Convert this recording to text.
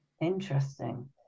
Interesting